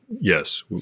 yes